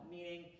Meaning